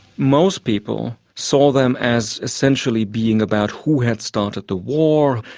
most people saw them as essentially being about who had started the war.